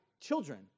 children